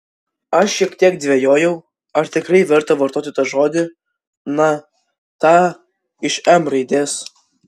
aš šiek tiek dvejojau ar tikrai verta vartoti tą žodį na tą iš m raidės